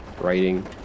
writing